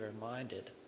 reminded